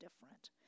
different